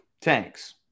tanks